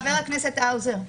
חבר הכנסת האוזר,